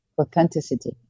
authenticity